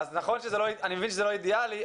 אני מבין שזה לא אידיאלי,